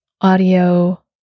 audio